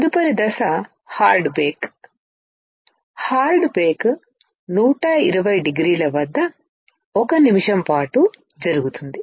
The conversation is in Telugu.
తదుపరి దశ హార్డ్ బేక్ హార్డ్ బేక్120 డిగ్రీల వద్ద ఒక నిమిషం పాటు జరుగుతుంది